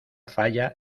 falla